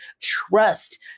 trust